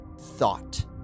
thought